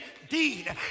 indeed